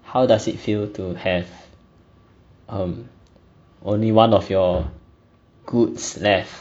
how does it feel too have um only one of your goods left